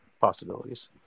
possibilities